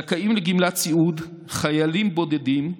זכאים לגמלת סיעוד, חיילים בודדים,